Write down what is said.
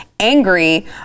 Angry